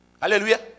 Hallelujah